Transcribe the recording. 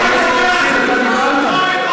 חבר הכנסת לפיד, אתה דיברת.